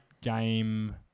game